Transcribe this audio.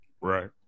Right